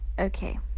Okay